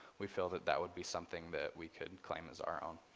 we feel that that would be something that we could claim as our own.